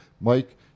Mike